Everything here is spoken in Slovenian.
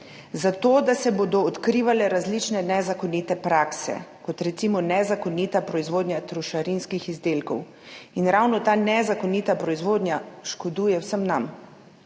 Zato, da se bodo odkrivale različne nezakonite prakse, kot recimo nezakonita proizvodnja trošarinskih izdelkov. Ravno ta nezakonita proizvodnja škoduje vsem nam,